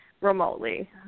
remotely